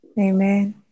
Amen